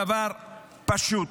דבר פשוט.